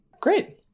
Great